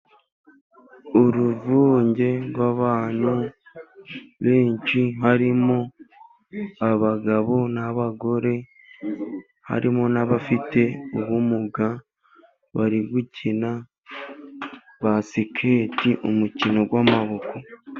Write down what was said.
Uruvunge rw'abantu benshi， harimo abagabo n'abagore， harimo n'abafite ubumuga， bari gukina basiketi umukino w’amaboko.